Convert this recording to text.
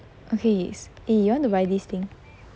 okay s~ eh you want to buy this thing